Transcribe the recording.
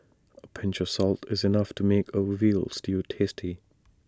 A pinch of salt is enough to make A Veal Stew tasty